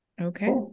Okay